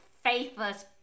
faithless